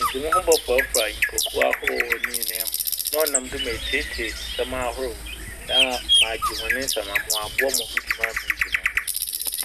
Medze mo ho bɔforafora nyimpakuw ahorow ne nyinee mu, na ɔnam do na metsietsie nsɛm ahorow. Na a magye hɔn nsɛm ama ɔaboam wɔ mo dwuma a miridzi no ho.